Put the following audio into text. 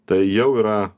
tai jau yra